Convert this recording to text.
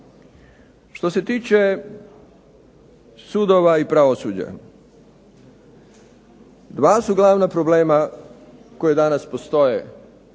Što se tiče sudova i pravosuđa. Dva su glavna problema koja danas postoje.